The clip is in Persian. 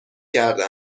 کرده